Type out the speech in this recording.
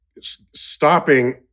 stopping